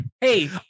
Hey